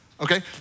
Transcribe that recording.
okay